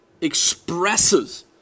expresses